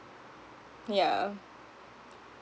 yeah